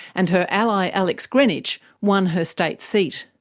and her ally alex greenwich won her state seat.